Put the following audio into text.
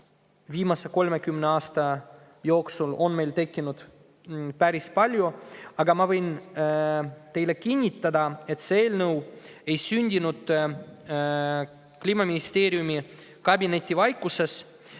viimase 30 aasta jooksul tekkinud meil päris palju. Aga ma võin teile kinnitada, et see eelnõu ei sündinud Kliimaministeeriumi kabinetivaikuses.